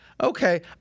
Okay